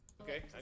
Okay